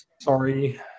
Sorry